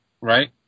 right